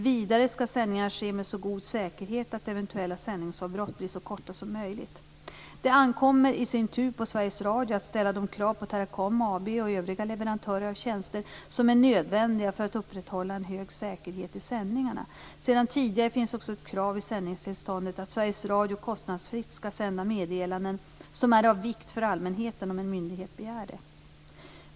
Vidare skall sändningarna ske med så god säkerhet att eventuella sändningsavbrott blir så korta som möjligt. Det ankommer i sin tur på Sveriges Radio att ställa de krav på Teracom AB och övriga leverantörer av tjänster som är nödvändiga för att upprätthålla en hög säkerhet i sändningarna. Sedan tidigare finns också ett krav i sändningstillståndet att Sveriges Radio kostnadsfritt skall sända meddelanden som är av vikt för allmänheten om en myndighet begär det.